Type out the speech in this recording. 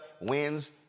wins